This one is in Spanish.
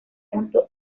junto